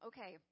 Okay